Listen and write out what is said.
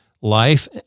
life